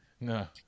No